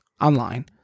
online